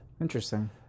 Interesting